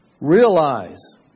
Realize